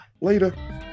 later